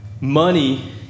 money